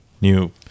new